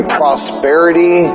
prosperity